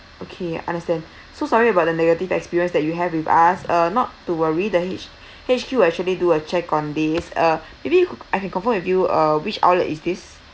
okay understand so sorry about the negative experience that you have with us uh not to worry the H_Q actually do a check on this uh maybe if you could I can confirm with you uh which outlet is this